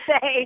say